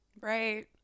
Right